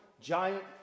giant